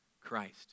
Christ